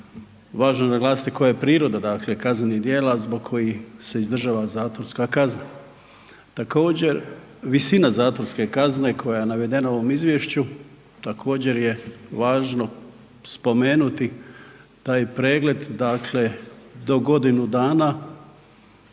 važno je naglasiti koja je priroda dakle kaznenih djela zbog kojih se izdržava zatvorska kazna. Također visina zatvorske kazne koja je navedena u ovom izvješću također je važno spomenuti taj pregled dakle do godinu dana